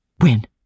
When